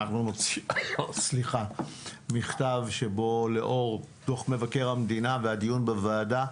נוציא מכתב שבו לאור דו"ח מבקר המדינה והדיון בוועדה,